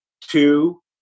two